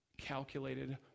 calculated